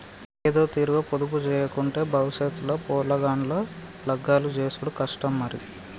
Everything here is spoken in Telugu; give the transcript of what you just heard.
ఏదోతీరుగ పొదుపుజేయకుంటే బవుసెత్ ల పొలగాండ్ల లగ్గాలు జేసుడు కష్టం మరి